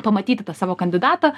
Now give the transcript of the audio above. pamatyti tą savo kandidatą